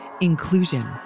inclusion